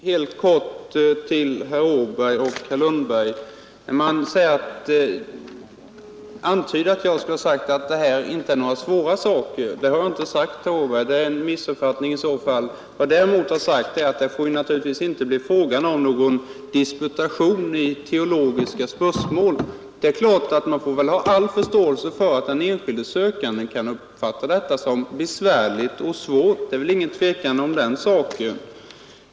Herr talman! Det antydes att jag skulle ha sagt att detta inte är några svåra frågor. Det har jag inte sagt, herr Åberg, utan det är i så fall en missuppfattning. Jag har däremot sagt att det naturligtvis inte får bli fråga om någon disputation i teologiska spörsmål. Man får ha all förståelse för att en enskild sökande kan uppfatta detta som besvärligt och svårt. Det är väl inget tvivel om den saken.